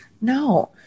No